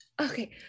okay